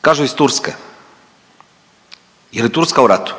Kažu, iz Turske. Je li Turska u ratu?